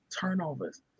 turnovers